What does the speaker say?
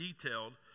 detailed